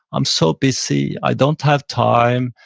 i'm so busy. i don't have time.